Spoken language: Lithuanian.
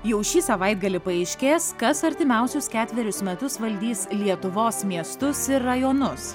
jau šį savaitgalį paaiškės kas artimiausius ketverius metus valdys lietuvos miestus ir rajonus